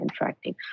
interacting